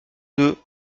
deux